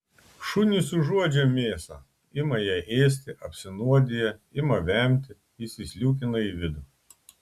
šunys užuodžia mėsą ima ją ėsti apsinuodija ima vemti jis įsliūkina į vidų